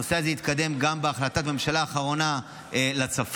הנושא הזה התקדם גם בהחלטת ממשלה האחרונה לצפון.